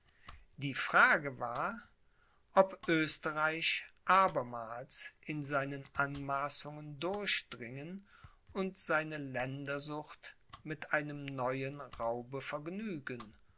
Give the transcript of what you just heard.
die frage war ob oesterreich abermals in seinen anmaßungen durchdringen und seine ländersucht mit einem neuen raube vergnügen